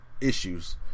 issues